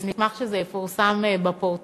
אני אשמח שזה יפורסם בפורטל